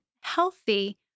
healthy